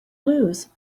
lose